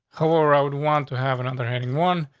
however, i would want to have another handing one.